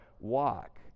walk